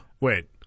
wait